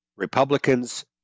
Republicans